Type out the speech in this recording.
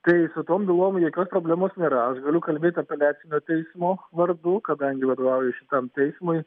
tai su tom bylom jokios problemos nėra aš galiu kalbėt apeliacinio teismo vardu kadangi vadovauju šitam teismui